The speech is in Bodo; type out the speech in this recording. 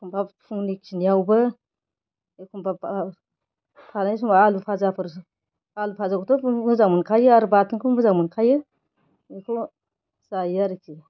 एख'म्बा फुंनि खिनियावबो एख'म्बा जानाय समाव आलु भाजाफोर आलु फाजाखौथ' बयबो मोजां मोनखायो आरो बाथोनखौ मोजां मोनखायो बेखौ जायो आरोखि